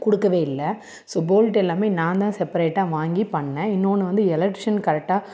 கொடுக்கவே இல்லை so bolt எல்லாமே நான்தான் செப்பரேட்டாக வாங்கி பண்ணேன் இன்னொன்று வந்து எலக்ட்ரிஷன் கரெக்டாக